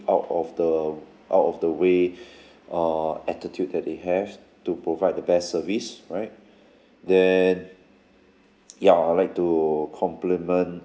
out of the out of the way uh attitude that they have to provide the best service right then ya I'll like to compliment